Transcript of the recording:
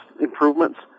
improvements